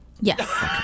yes